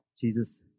Jesus